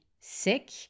sick